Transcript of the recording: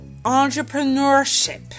entrepreneurship